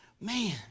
Man